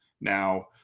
now